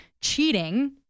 cheating